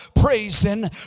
praising